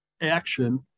action